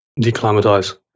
Declimatize